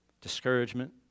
discouragement